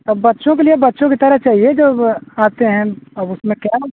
अब बच्चों के लिए बच्चों की तरह चाहिए जो आते हैं अब उसमें क्या